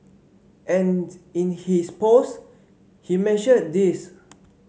and in his post he mentioned this